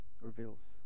reveals